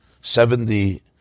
Seventy